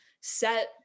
set